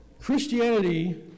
Christianity